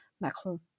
Macron